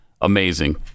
Amazing